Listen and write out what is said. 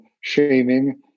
shaming